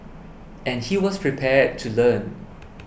and he was prepared to learn